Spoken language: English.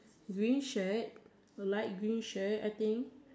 green shirt light green shirt I think